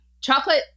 chocolate